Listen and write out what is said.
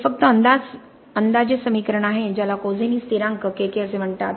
हे फक्त अंदाजे समीकरण आहे ज्याला कोझेनी स्थिरांक Kk असे म्हणतात